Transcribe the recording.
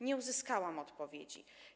Nie uzyskałam odpowiedzi.